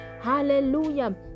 hallelujah